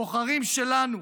הבוחרים שלנו